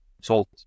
Salt